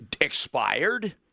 expired